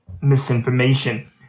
misinformation